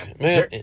man